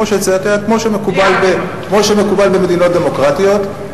כמו שמקובל במדינות דמוקרטיות,